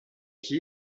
qui